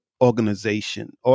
organization